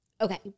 Okay